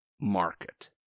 Market